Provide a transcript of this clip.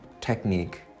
technique